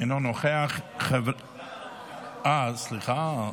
אינו נוכח, אה, סליחה.